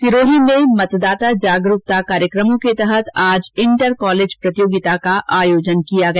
सिरोही में मतदाता जागरूकता कार्यक्रमों के तहत आज इंटर कॉलेज प्रतियोगिता का आयोजन किया गया